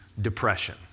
depression